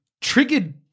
triggered